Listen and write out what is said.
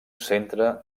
centre